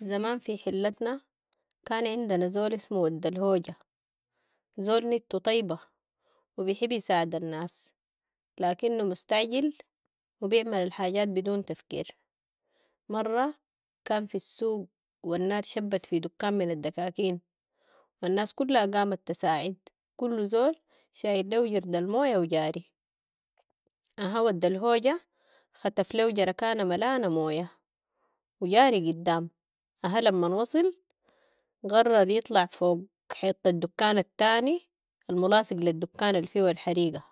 زمان في حلتنا كان عندنا زول اسمو ود الهوجة، زول نيتو طيبة وبيحب يساعد الناس لكنو مستعجل وبيعمل الحاجات بدون تفكير، مرة كان في السوق والنار شبت في دكان من الدكاكين والناس كلها قامت تساعد كل زول شايل ليهو جردل موية وجاري اها ود الهوجة ختف ليهو جركانة ملانة موية وجاري قدام اها لما وصل قرر يطلع فوق حيطة الدكان الثاني الملاصق للدكان الفيو الحريقة